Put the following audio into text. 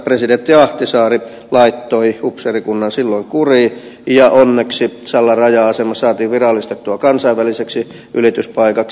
presidentti ahtisaari laittoi upseerikunnan silloin kuriin ja onneksi sallan raja asema saatiin virallistettua kansainväliseksi ylityspaikaksi